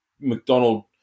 McDonald